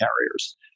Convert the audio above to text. carriers